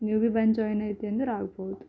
ನೀವು ಭೀ ಬಂದು ಜಾಯಿನ್ ಆಗ್ತೀವಿ ಅಂದ್ರೆ ಆಗ್ಬೌದು